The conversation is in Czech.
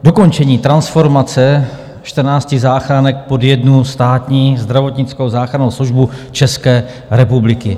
Dokončení transformace čtrnácti záchranek pod jednu státní Zdravotnickou záchrannou službu České republiky.